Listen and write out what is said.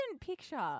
picture